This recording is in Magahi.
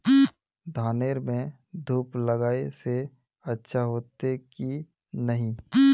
धानेर में धूप लगाए से अच्छा होते की नहीं?